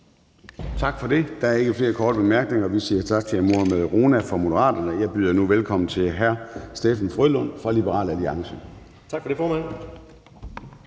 Tak for det. Der er ikke flere korte bemærkninger. Vi siger tak til hr. Mohammad Rona fra Moderaterne. Jeg byder nu velkommen til hr. Steffen W. Frølund fra Liberal Alliance. Kl. 11:20 (Ordfører)